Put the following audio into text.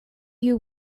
you